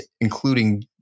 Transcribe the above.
including